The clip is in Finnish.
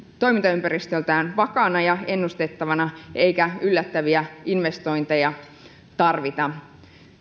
toimintaympäristöltään vakaana ja ennustettavana ja yllättäviä investointeja tarvitaan